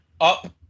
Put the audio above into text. up